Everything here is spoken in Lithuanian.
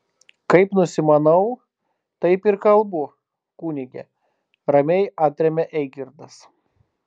kaip nusimanau taip ir kalbu kunige ramiai atremia eigirdas